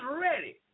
ready